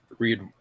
read